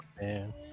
man